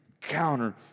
counter